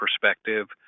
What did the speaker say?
perspective